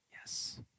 Yes